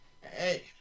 Hey